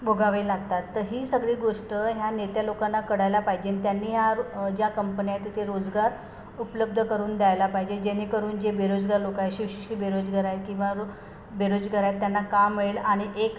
भोगावे लागतात तर ही सगळी गोष्ट ह्या नेते लोकांना कळायला पाहिजेन त्यांनी या र ज्या कंपनी आहे तिथे रोजगार उपलब्ध करून द्यायला पाहिजे जेणेकरून जे बेरोजगार लोक आहे सुशिक्षित बेरोजगार आहे किंवा रो बेरोजगार आहेत त्यांना काम मिळेल आणि एक